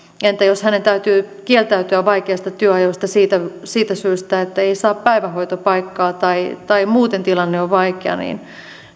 jos hänen täytyy kieltäytyä vaikeista työajoista siitä siitä syystä että ei saa päivähoitopaikkaa tai tai muuten tilanne on vaikea niin